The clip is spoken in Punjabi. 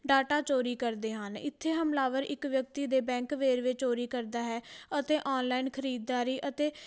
ਡਾਟਾ ਚੋਰੀ ਕਰਦੇ ਹਨ ਇੱਥੇ ਹਮਲਾਵਰ ਇੱਕ ਵਿਅਕਤੀ ਦੇ ਬੈਂਕ ਵੇਰਵੇ ਚੋਰੀ ਕਰਦਾ ਹੈ ਅਤੇ ਔਨਲਾਈਨ ਖਰੀਦਦਾਰੀ ਅਤੇ